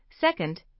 Second